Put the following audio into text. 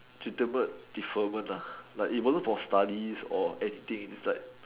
tutor bird deferment lah but it will look for studies or anything it's like